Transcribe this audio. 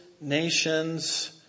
nations